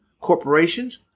corporations